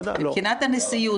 מבחינת הנשיאות,